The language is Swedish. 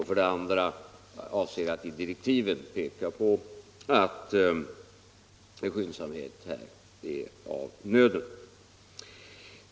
För det andra avser jag att i direktiven framhålla att skyndsamhet är av nöden.